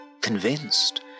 convinced